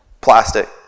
Plastic